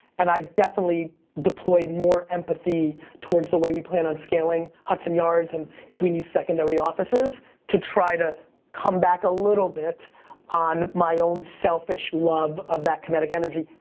and i've definitely deployed more empathy towards the way we plan on scaling hudson yards, and if we need secondary offices to try to come back a little bit on my own selfish love of that kinetic energy.